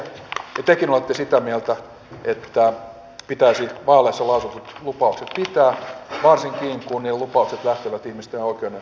ja tekin olette sitä mieltä että pitäisi vaaleissa lausutut lupaukset pitää varsinkin kun ne lupaukset lähtevät ihmisten oikeudenmukaisesta kohtelusta